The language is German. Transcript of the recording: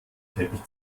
teppich